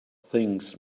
things